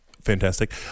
Fantastic